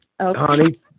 honey